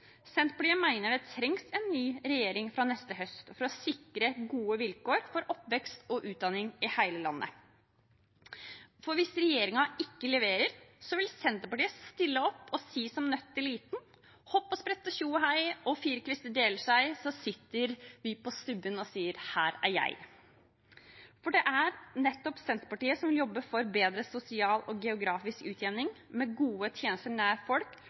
Senterpartiet mener det trengs en ny regjering fra neste høst for å sikre gode vilkår for oppvekst og utdanning i hele landet. For hvis regjeringen ikke leverer, vil Senterpartiet stille opp og si som Nøtteliten: «Og hopp og sprett og tjo og hei, og fire kvister deler seg», så sitter vi på stubben og sier: «Her er jeg». For det er nettopp Senterpartiet som jobber for en bedre sosial og geografisk utjevning, med gode tjenester nær folk,